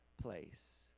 place